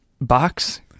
Box